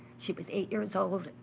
she was eight years old,